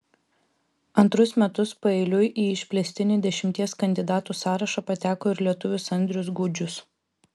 antrus metus paeiliui į išplėstinį dešimties kandidatų sąrašą pateko ir lietuvis andrius gudžius